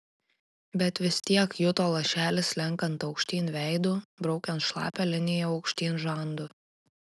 bet vis tiek juto lašelį slenkant aukštyn veidu braukiant šlapią liniją aukštyn žandu